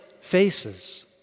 faces